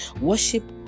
Worship